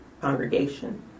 congregation